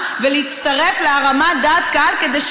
ואת יוצאת נגד משטרת